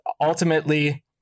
ultimately